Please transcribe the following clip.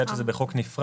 בגלל שזה בחוק נפרד,